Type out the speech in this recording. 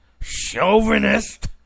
chauvinist